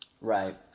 Right